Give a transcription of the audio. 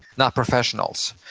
not professionals.